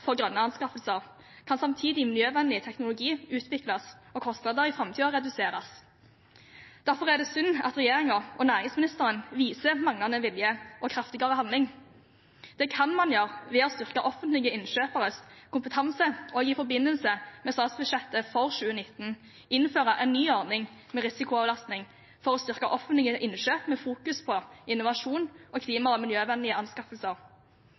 for grønne anskaffelser kan samtidig miljøvennlig teknologi utvikles og kostnader i framtiden reduseres. Derfor er det synd at regjeringen og næringsministeren viser manglende vilje til kraftigere handling. Det kan man gjøre ved å styrke offentlige innkjøperes kompetanse og i forbindelse med statsbudsjettet for 2019 innføre en ny ordning med risikoavlastning, for å styrke offentlige innkjøp som fokuserer på innovasjon og klima- og miljøvennlige anskaffelser.